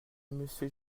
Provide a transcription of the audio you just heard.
monsieur